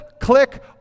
click